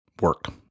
work